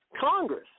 Congress